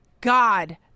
God